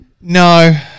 No